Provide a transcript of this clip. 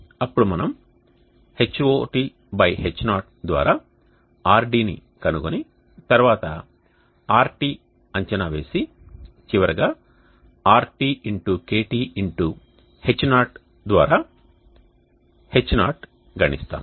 అప్పుడు మనం HotH0 ద్వారా RD ని కనుగొని తర్వాత RT అంచనా వేసి చివరగా RTKTH0 ద్వారా H0 గణిస్తాము